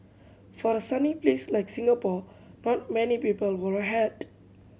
for a sunny place like Singapore not many people wear a hat